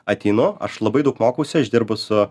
ateinu aš labai daug mokausi aš dirbu su